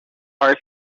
are